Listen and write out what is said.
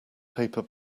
paper